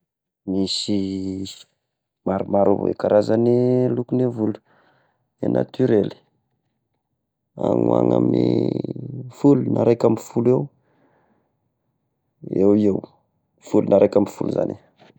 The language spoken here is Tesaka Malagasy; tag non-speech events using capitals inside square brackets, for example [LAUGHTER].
[NOISE] Misy maromaro avao karazagny lokony volo i natiorely, [NOISE] agny ho agny amin'ny folo na iraika amby folo eo, eo eo folo na iraika amby folo zagny.